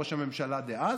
ראש הממשלה דאז,